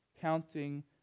counting